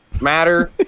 matter